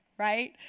Right